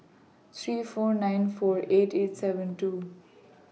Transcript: three four nine four eight eight seven two